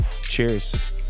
Cheers